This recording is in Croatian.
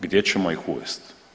Gdje ćemo ih uvesti?